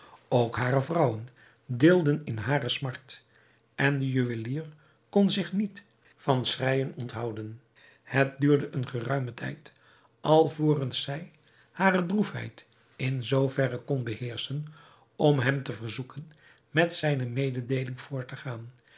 ook hare vrouwen deelden in hare smart en de juwelier kon zich niet van schreijen onthouden het duurde een geruimen tijd alvorens zij hare droefheid in zoo verre kon beheerschen om hem te verzoeken met zijne mededeeling voort te gaan